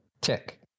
Tick